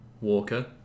Walker